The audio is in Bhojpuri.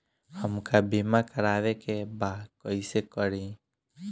हमका बीमा करावे के बा कईसे करी?